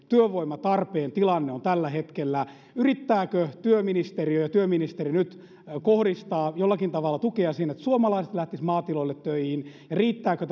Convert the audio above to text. työvoimatarpeen tilanne on tällä hetkellä yrittävätkö työministeriö ja työministeri nyt kohdistaa jollakin tavalla tukea sinne että suomalaiset lähtisivät maatiloille töihin ja riittääkö